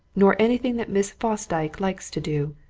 nor anything that miss fosdyke likes to do.